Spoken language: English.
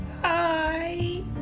Hi